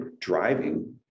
driving